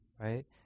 right